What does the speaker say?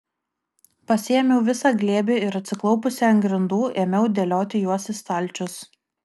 pasiėmiau visą glėbį ir atsiklaupusi ant grindų ėmiau dėlioti juos į stalčius